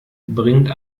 bringt